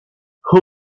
who